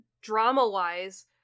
drama-wise